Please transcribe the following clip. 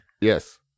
Yes